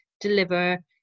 deliver